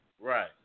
right